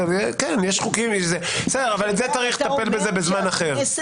בסדר, בזה צריך לטפל בזמן אחר.